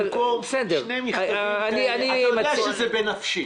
במקום שני מכתבים כאלה אתה יודע שזה בנפשי.